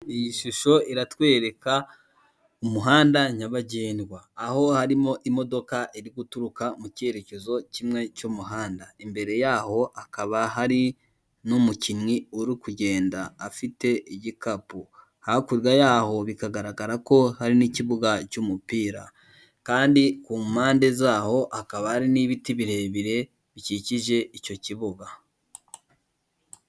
Iyi shusho iratwereka umuhanda nyabagendwa aho harimo imodoka iri guturuka mu cyerekezo kimwe cy'umuhanda imbere yaho hakaba hari n'umukinyi uri kugenda afite igikapu hakurya yaho bikagaragara ko hari n'ikibuga cy'umupira kandi ku mpande zaho hakaba ari n'ibiti birebire bikikije icyo kibuga .